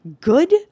Good